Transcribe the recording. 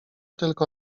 tylko